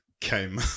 came